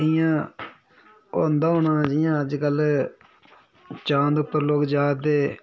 इ'यां होंदा होना जियां अज्जकल चांद उप्पर लोक जा'रदे